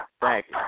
Thanks